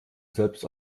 selbst